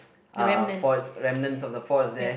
the remnants yup